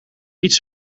iets